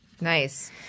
Nice